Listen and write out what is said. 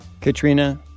Katrina